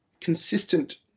consistent